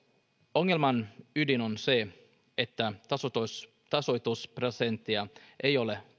ongelman ydin on se että tasoitusprosenttia ei ole